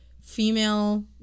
female